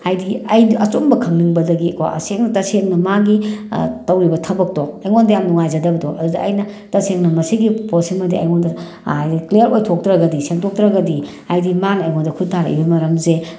ꯍꯥꯏꯗꯤ ꯑꯩꯗꯤ ꯑꯆꯨꯝꯕ ꯈꯪꯅꯤꯡꯕꯗꯒꯤꯀꯣ ꯇꯁꯦꯡꯅ ꯃꯥꯒꯤ ꯇꯧꯔꯤꯕ ꯊꯕꯛꯇꯣ ꯑꯩꯉꯣꯟꯗ ꯌꯥꯝ ꯅꯨꯡꯉꯥꯏꯖꯗꯕꯗꯣ ꯑꯗꯨꯗ ꯑꯩꯅ ꯇꯁꯦꯡꯅ ꯃꯁꯤꯒꯤ ꯄꯣꯠꯁꯤꯃꯗꯤ ꯑꯩꯉꯣꯟꯗ ꯍꯥꯏꯗꯤ ꯀ꯭ꯂꯤꯌꯥꯔ ꯑꯣꯏꯊꯣꯛꯇ꯭ꯔꯒꯗꯤ ꯁꯦꯡꯗꯣꯛꯇ꯭ꯔꯒꯗꯤ ꯍꯥꯏꯗꯤ ꯃꯥꯅ ꯑꯩꯉꯣꯟꯗ ꯈꯨꯠ ꯊꯥꯔꯛꯏꯕ ꯃꯔꯝꯁꯦ